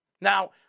Now